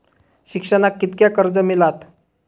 शिक्षणाक कीतक्या कर्ज मिलात?